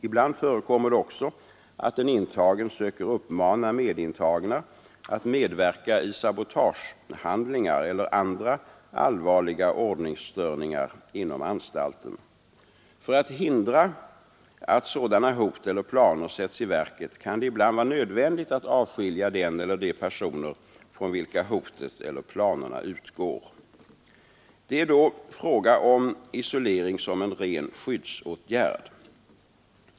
Ibland förekommer det också att en intagen söker uppmana medintagna att medverka i sabotagehandlingar eller andra allvarliga ordningsstörningar inom anstalten. För att hindra att sådana hot eller planer sätts i verket kan det ibland vara nödvändigt att avskilja den eller de personer från vilka hotet eller planerna utgår. Det är då fråga om isolering som en ren skyddsåtgärd.